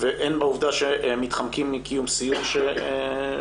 והן בעובדה שמתחמקים מקיום סיור שהובטח.